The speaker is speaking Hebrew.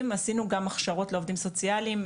עשינו גם הכשרות לעובדים סוציאליים.